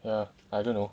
err I don't know